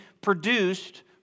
produced